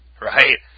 right